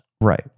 Right